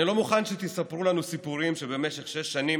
אני לא מוכן שתספרו לנו סיפורים שבמשך שש שנים